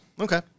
okay